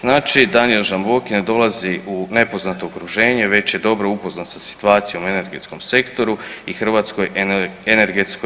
Znači Danijel Žamboki ne dolazi u nepoznato okruženje već je dobro upoznat sa situacijom u energetskom sektoru i HERA-i.